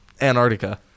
Antarctica